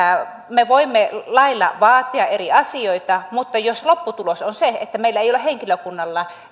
me voimme lailla vaatia eri asioita mutta jos lopputulos on se että meillä ei ole henkilökunnalla